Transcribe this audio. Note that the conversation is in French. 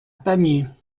pamiers